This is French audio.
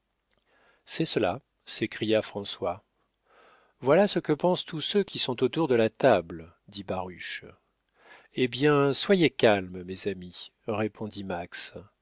c'est cela s'écria françois voilà ce que pensent tous ceux qui sont autour de la table dit baruch eh bien soyez calmes mes amis répondit